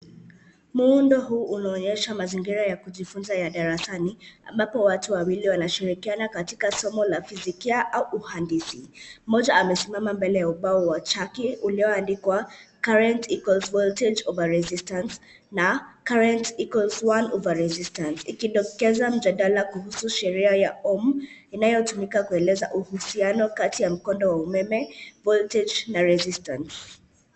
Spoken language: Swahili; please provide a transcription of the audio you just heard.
Muundo huu unaonyesha mazingira ya kujifunza ya darasani ambapo watu wawili wanshirikiana katika somo la fisikia au uhandisi. Mmoja amesimama mbele ya ubao wa chaki ulioandikwa current equals voltage over resitance na current equals one over resistance ikidokeza mjadala kuhusu sheria ya ohm inayo tumika kueleza uhusiano kati ya mkodo wa umeme voltage na resistance .